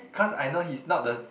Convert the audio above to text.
cause I know he's not the